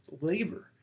labor